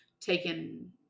taken